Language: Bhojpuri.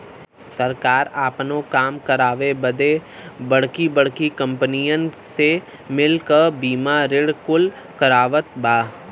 सरकार आपनो काम करावे बदे बड़की बड़्की कंपनीअन से मिल क बीमा ऋण कुल करवावत बा